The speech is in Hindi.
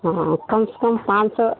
हाँ कम से कम पाँच सौ